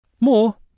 more